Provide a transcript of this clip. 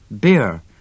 Beer